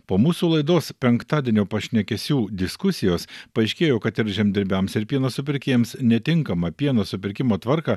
po mūsų laidos penktadienio pašnekesių diskusijos paaiškėjo kad ir žemdirbiams ir pieno supirkėjams netinkamą pieno supirkimo tvarką